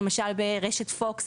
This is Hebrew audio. Dream Card ברשת Fox,